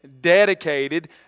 dedicated